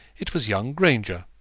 it was young granger.